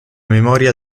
memoria